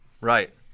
Right